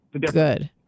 Good